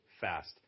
fast